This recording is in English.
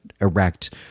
erect